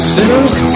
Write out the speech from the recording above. Sinners